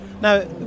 Now